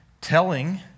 telling